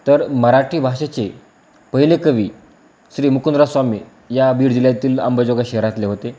तर मराठी भाषेचे पहिले कवी श्री मुकुंदराज स्वामी या बीड जिल्ह्यातील अंबाजोगाई शहरातले होते